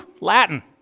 Latin